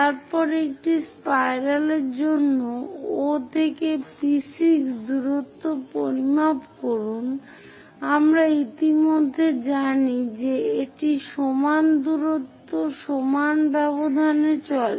তারপর একটি স্পাইরাল জন্য O থেকে P6 দূরত্ব পরিমাপ করুন আমরা ইতিমধ্যে জানি যে এটি সমান দূরত্ব সমান ব্যবধানে চলে